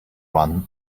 run